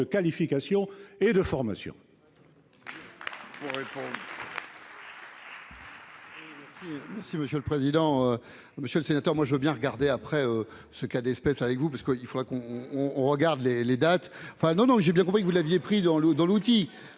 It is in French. de qualification et de formation